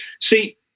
See